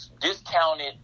discounted